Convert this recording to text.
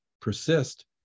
persist